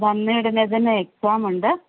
വന്നാൽ ഉടനെ തന്നെ എക്സാം ഉണ്ട്